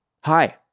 Hi